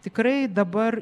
tikrai dabar